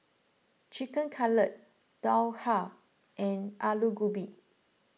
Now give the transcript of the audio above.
Chicken Cutlet Dhokla and Alu Gobi